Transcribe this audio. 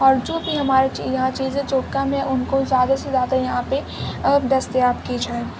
اور جو بھی ہمارے یہاں چیزیں جو کم ہیں ان کو زیادہ سے زیادہ یہاں پہ دستیاب کی جائیں